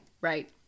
Right